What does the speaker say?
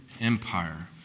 Empire